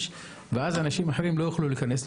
ואז אנשים אחרים לא יוכלו להיכנס.